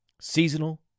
seasonal